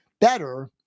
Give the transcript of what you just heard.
better